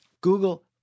Google